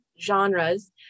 genres